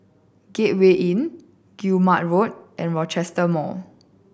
Gateway Inn Guillemard Road and Rochester Mall